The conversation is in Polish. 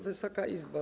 Wysoka Izbo!